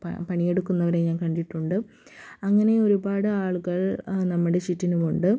പണിയെടുക്കുന്നവരെ ഞാൻ കണ്ടിട്ടുണ്ട് അങ്ങനെ ഒരുപാട് ആളുകൾ നമ്മുടെ ചുറ്റിനുമുണ്ട്